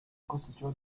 cosechó